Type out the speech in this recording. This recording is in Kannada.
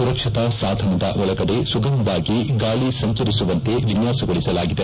ಸುರಕ್ಷತಾ ಸಾಧನದ ಒಳಗಡೆ ಸುಗಮವಾಗಿ ಗಾಳಿ ಸಂಚರಿಸುವಂತೆ ವಿನ್ಲಾಸಗೊಳಿಸಲಾಗಿದೆ